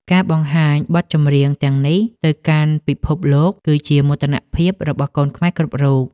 ការបង្ហាញបទចម្រៀងទាំងនេះទៅកាន់ពិភពលោក គឺជាមោទនភាពរបស់កូនខ្មែរគ្រប់រូប។